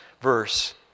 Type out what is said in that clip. verse